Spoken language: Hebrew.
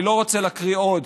ואני לא רוצה להקריא עוד,